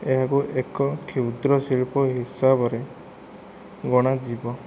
ଏହାକୁ ଏକ କ୍ଷୁଦ୍ରଶିଳ୍ପ ହିସାବରେ ଗଣାଯିବ